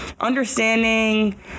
understanding